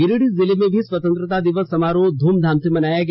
गिरिडीह जिले में भी स्वतंत्रता दिवस समारोह ध्रमधाम से मनाया गया